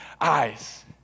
eyes